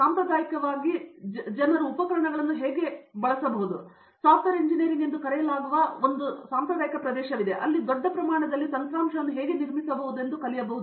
ಸಾಂಪ್ರದಾಯಿಕವಾದ ಜನರ ಉಪಕರಣಗಳನ್ನು ಹೇಗೆ ಸಾಫ್ಟ್ವೇರ್ ಎಂಜಿನಿಯರಿಂಗ್ ಎಂದು ಕರೆಯಲಾಗುವ ದೊಡ್ಡ ಪ್ರಮಾಣದಲ್ಲಿ ತಂತ್ರಾಂಶವನ್ನು ನಿರ್ಮಿಸಬಹುದೆಂದು ತಿಳಿಯಬಹುದು